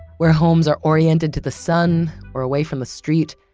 where homes are oriented to the sun or away from the street,